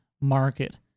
market